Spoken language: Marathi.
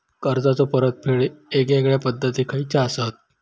कर्जाचो परतफेड येगयेगल्या पद्धती खयच्या असात?